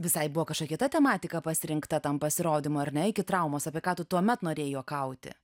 visai buvo kažkokia kita tematika pasirinkta tam pasirodymui ar ne iki traumos apie ką tu tuomet norėjai juokauti